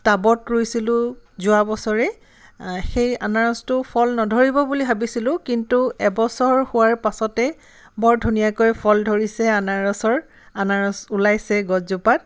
টাবত ৰুইছিলোঁ যোৱাবছৰেই সেই আনাৰসটো ফল নধৰিব বুলি ভাবিছিলোঁ কিন্তু এবছৰ হোৱাৰ পাছতেই বৰ ধুনীয়াকৈ ফল ধৰিছে আনাৰসৰ আনাৰস ওলাইছে গছজোপাত